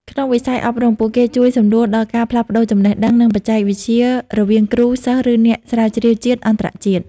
ក្នុងវិស័យអប់រំ ពួកគេជួយសម្រួលដល់ការផ្លាស់ប្តូរចំណេះដឹង និងបច្ចេកវិទ្យារវាងគ្រូ-សិស្ស ឬអ្នកស្រាវជ្រាវជាតិ-អន្តរជាតិ។